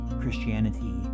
Christianity